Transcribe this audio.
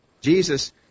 jesus